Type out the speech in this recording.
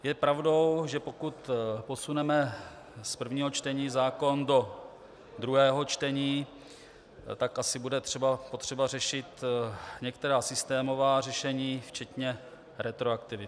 Je pravdou, že pokud posuneme z prvního čtení zákon do druhého čtení, tak asi bude potřeba řešit některá systémová řešení včetně retroaktivity.